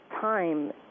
time